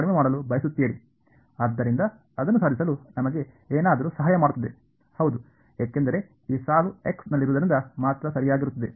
ಆದ್ದರಿಂದ ಅದನ್ನು ಸಾಧಿಸಲು ನಮಗೆ ಏನಾದರೂ ಸಹಾಯ ಮಾಡುತ್ತದೆ ಹೌದು ಏಕೆಂದರೆ ಈ ಸಾಲು ಎಕ್ಸ್ ನಲ್ಲಿರುವುದರಿಂದ ಮಾತ್ರ ಸರಿಯಾಗಿರುತ್ತದೆ